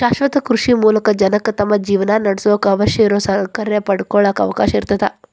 ಶಾಶ್ವತ ಕೃಷಿ ಮೂಲಕ ಜನಕ್ಕ ತಮ್ಮ ಜೇವನಾನಡ್ಸಾಕ ಅವಶ್ಯಿರೋ ಸೌಕರ್ಯ ಪಡ್ಕೊಳಾಕ ಅವಕಾಶ ಇರ್ತೇತಿ